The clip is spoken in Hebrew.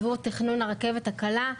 עבור תכנון הרכבת הקלה.